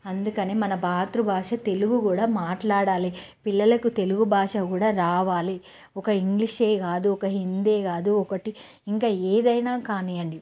అందుకనే మన మాతృ భాష తెలుగు కూడా మాట్లాడాలి పిల్లలకు తెలుగు భాష కూడా రావాలి ఒక ఇంగ్లీషే కాదు ఒక హిందీ కాదు ఒకటి ఇంకా ఏదైనా కానివ్వండి